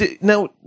Now